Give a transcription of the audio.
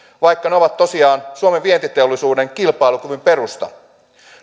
vaikka ne ovat tosiaan suomen vientiteollisuuden kilpailukyvyn perusta